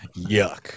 Yuck